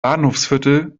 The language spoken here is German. bahnhofsviertel